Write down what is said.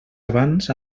abans